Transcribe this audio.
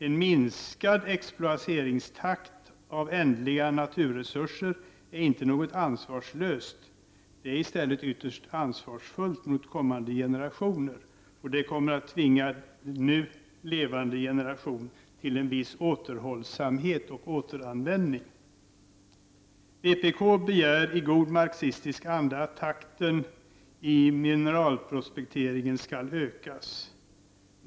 En minskad exploateringstakt av ändliga naturresurser är inte något ansvarslöst, det är i stället ytterst ansvarsfullt mot kommande generationer. Och det kommer att tvinga den nu levande generationen till en viss återhållsamhet och till återvinning. Vpk begär i god marxistisk anda att takten i mineralprospekteringen skall ökas.